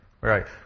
Right